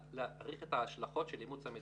להעריך את ההשלכות של אימוץ המדיניות.